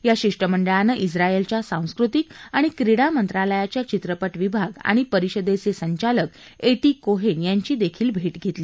या शिष्टमंडळानं झायलच्या सांस्कृतीक आणि क्रीडा मंत्रालयाच्या चित्रपट विभाग आणि परिषदेचे संचालक एटी कोहेन यांची देखील भेट घेतली